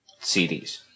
CDs